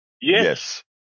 Yes